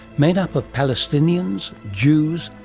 made up of palestinians, jews,